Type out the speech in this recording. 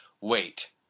Wait